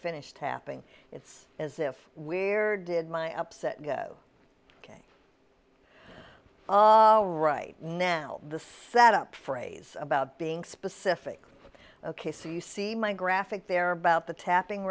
finish tapping it's as if where did my upset go ok right now the setup phrase about being specific ok so you see my graphic there about the tapping